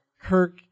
Kirk